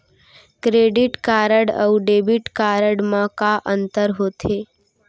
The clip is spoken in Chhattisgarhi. क्रेडिट कारड अऊ डेबिट कारड मा का अंतर होथे?